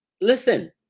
Listen